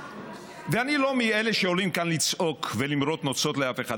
ואני לא מאלה שעולים כאן לצעוק ולמרוט נוצות לאף אחד,